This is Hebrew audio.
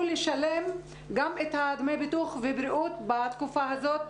לשלם גם דמי ביטוח ובריאות בתקופה הזאת.